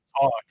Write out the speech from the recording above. talk